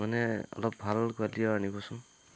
মানে অলপ ভাল কোৱালিটিও আনিবচোন